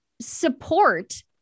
support